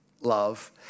love